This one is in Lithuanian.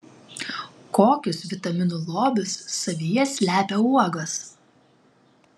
kokius vitaminų lobius savyje slepia uogos